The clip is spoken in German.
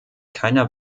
keiner